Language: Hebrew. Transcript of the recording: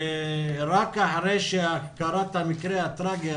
רק אחרי שקרה המקרה הטרגי,